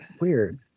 weird